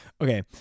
Okay